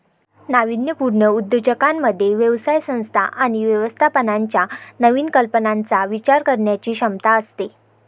नाविन्यपूर्ण उद्योजकांमध्ये व्यवसाय संस्था आणि व्यवस्थापनाच्या नवीन कल्पनांचा विचार करण्याची क्षमता असते